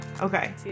Okay